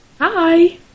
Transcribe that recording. Hi